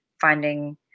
finding